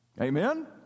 Amen